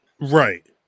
right